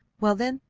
well, then,